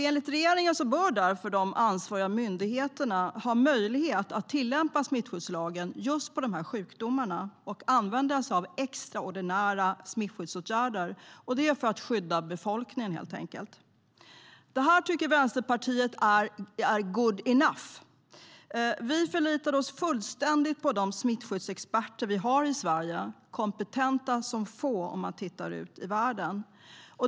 Enligt regeringen bör därför de ansvariga myndigheterna ha möjlighet att tillämpa smittskyddslagen just i fråga om dessa sjukdomar och använda sig av extraordinära smittskyddsåtgärder för att helt enkelt skydda befolkningen. Detta tycker Vänsterpartiet är good enough. Vi förlitar oss fullständigt på de smittskyddsexperter som vi har i Sverige som är kompetenta som få, om man tittar ut i världen.